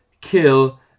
kill